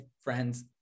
friends